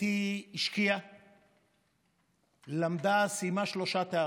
אתי השקיעה, למדה, סיימה שלושה תארים: